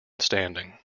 standing